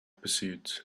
pursuit